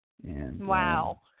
Wow